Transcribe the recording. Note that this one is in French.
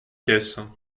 caisse